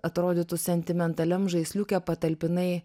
atrodytų sentimentaliam žaisliuke patalpinai